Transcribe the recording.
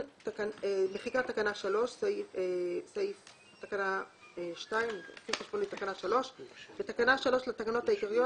מחיקת תקנה 3 2. בתקנה 3 לתקנות העיקריות,